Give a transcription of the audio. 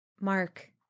Mark